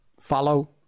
follow